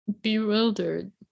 Bewildered